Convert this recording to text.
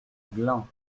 glun